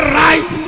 right